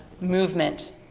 movement